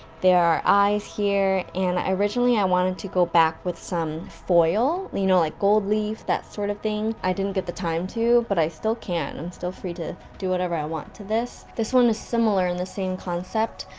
there are eyes here, and originally i wanted to go back with some foil, you know like gold leaf, that sort of thing i didn't get the time to, but i still can. still free to do what ever i want to this. this one is similar, and the same concept,